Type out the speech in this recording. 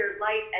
light